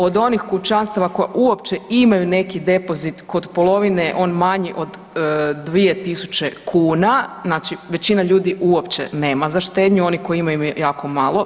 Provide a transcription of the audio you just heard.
Od onih kućanstava koja uopće imaju neki depozit kod polovine je on manji od 2.000 kuna, znači većina ljudi uopće nema za štednju, oni koji imaju imaju jako malo.